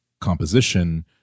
composition